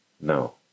No